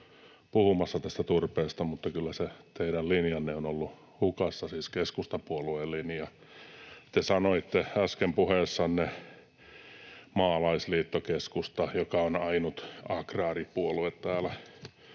puhumassa turpeesta, mutta kyllä se teidän linjanne on ollut hukassa, siis keskustapuolueen linja. Te sanoitte äsken puheessanne, että maalaisliitto-keskusta on ainut agraaripuolue täällä.